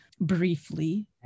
briefly